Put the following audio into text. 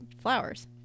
flowers